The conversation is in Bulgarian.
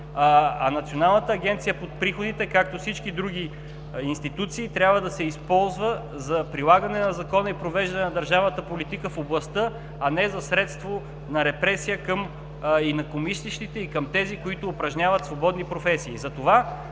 Националната агенция по приходите, както всички други институции, трябва да се използва за прилагане на Закона и провеждане на държавната политика в областта, а не за средство на репресия към инакомислещите и към тези, които упражняват свободни професии.